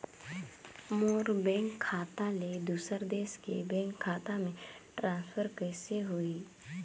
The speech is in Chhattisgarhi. मोर बैंक खाता ले दुसर देश के बैंक खाता मे ट्रांसफर कइसे होही?